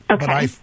Okay